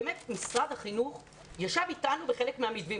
משרד החינוך ישב אתנו בחלק מהמתווים,